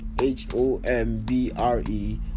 h-o-m-b-r-e